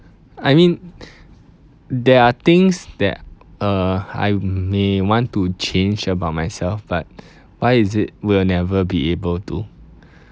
I mean there are things that uh I may want to change about myself but why is it will never be able to